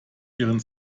ihren